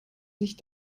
sich